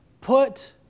Put